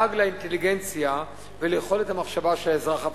לעג לאינטליגנציה וליכולת המחשבה של האזרח הפשוט.